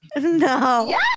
No